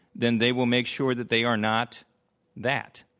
then they will make sure that they are not that,